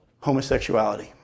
Homosexuality